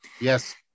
Yes